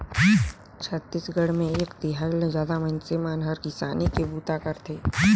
छत्तीसगढ़ मे एक तिहाई ले जादा मइनसे मन हर किसानी के बूता करथे